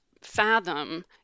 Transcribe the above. fathom